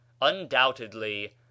Undoubtedly